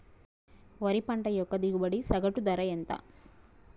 వరి పంట యొక్క దిగుబడి సగటు ధర ఎంత?